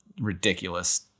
ridiculous